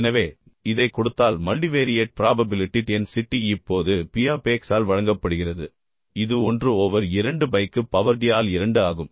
எனவே இதைக் கொடுத்தால் மல்டிவேரியேட் ப்ராபபிலிட்டி டென்சிட்டி இப்போது P ஆஃப் x ஆல் வழங்கப்படுகிறது இது 1 ஓவர் 2 பை க்கு பவர் d ஆல் 2 ஆகும்